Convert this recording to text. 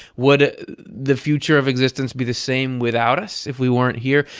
would the future of existence be the same without us if we weren't here?